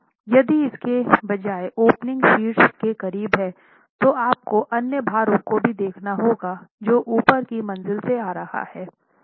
यदि इसके बजाय ओपनिंग शीर्ष के करीब है तो आपको अन्य भारों को भी देखना होगा जो ऊपर की मंज़िल से आ रहा है